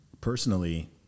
personally